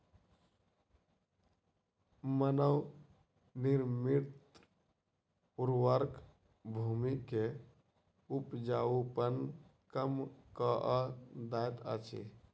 मानव निर्मित उर्वरक भूमि के उपजाऊपन कम कअ दैत अछि